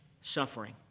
suffering